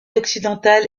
occidentale